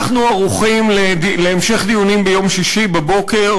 אנחנו ערוכים להמשך דיונים ביום שישי בבוקר,